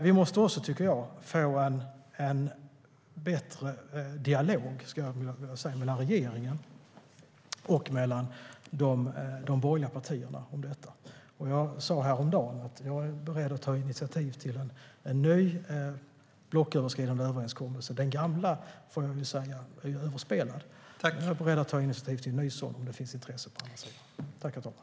Vi måste också få en bättre dialog mellan regeringen och de borgerliga partierna om detta. Jag sa häromdagen att jag är beredd att ta initiativ till en ny blocköverskridande överenskommelse. Den gamla är överspelad. Jag är beredd att ta initiativ till en ny sådan om det finns intresse på den andra sidan.